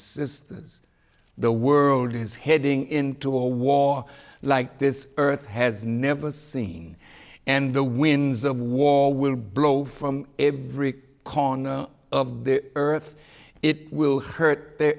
sisters the world is heading into a war like this earth has never seen and the winds of war will blow from every corner of the earth it will hurt